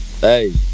Hey